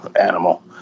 animal